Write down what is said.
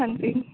ਹਾਂਜੀ